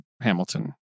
Hamilton